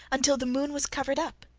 until the moon was covered up.